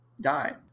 die